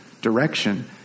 direction